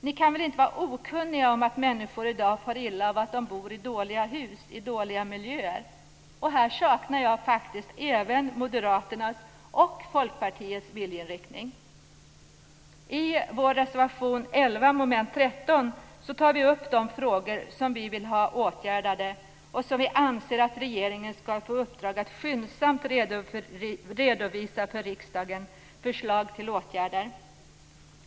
Ni kan väl inte vara okunniga om att människor i dag far illa av att de bor i dåliga hus i dåliga miljöer? Här saknar jag även Moderaternas och Folkpartiets viljeinriktning. I vår reservation 11 under mom. 13 tar vi upp de frågor vi vill ha åtgärdade och som vi anser att regeringen skyndsamt skall få i uppdrag att redovisa förslag till åtgärder till riksdagen.